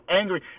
angry